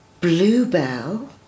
Bluebell